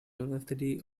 university